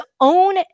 own